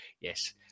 yes